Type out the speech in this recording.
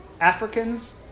Africans